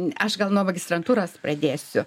aš gal nuo magistrantūros pradėsiu